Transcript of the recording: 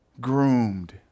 Groomed